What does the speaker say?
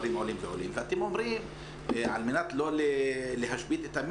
אם אני אומר, אני רק מצמצם את כל